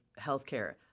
healthcare